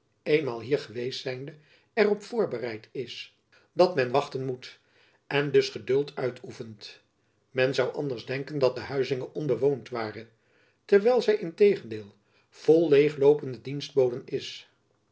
eenmaal hier geweest zijnde er op voorbereid is dat men wachten moet en dus geduld uitoefent men zoû anders denken dat de huizinge onbewoond ware terwijl zy in tegendeel vol leêgloopende dienstboden is